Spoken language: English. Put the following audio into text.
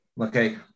Okay